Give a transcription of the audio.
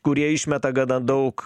kurie išmeta gana daug